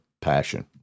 passion